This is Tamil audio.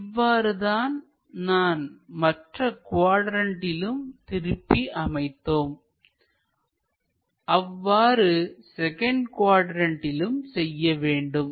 இவ்வாறு தான் நாம் மற்ற குவாட்ரண்ட்டிலும் திருப்பி அமைத்தோம் அவ்வாறு செகண்ட் குவாட்ரண்ட்டிலும் செய்ய வேண்டும்